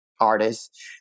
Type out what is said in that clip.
artists